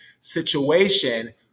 situation